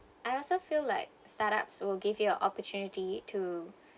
I also feel like startups will give you a opportunity to